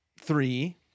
three